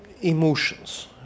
emotions